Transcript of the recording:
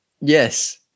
Yes